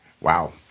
Wow